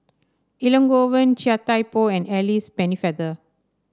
Elangovan Chia Thye Poh and Alice Pennefather